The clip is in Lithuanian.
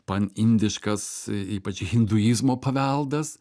panindiškas ypač hinduizmo paveldas